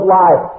life